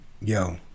yo